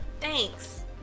Thanks